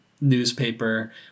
newspaper